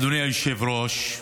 אדוני היושב-ראש,